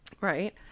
Right